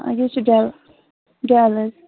یہِ حظ چھُ ڈیٚل ڈیٚل